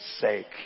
sake